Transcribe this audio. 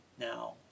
now